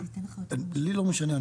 לי לא משנה.